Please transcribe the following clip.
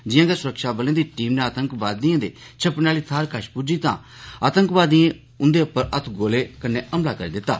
जिआं गै सुरक्षाबलें दी टीम आतंकवादी दे छप्पने आह्ली थाह्रै कश पुज्जी तां आतंकवादी नै उंदे पर हत्थगोले कन्नै हमला करी दित्ता